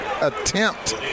attempt